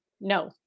no